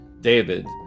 David